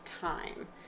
time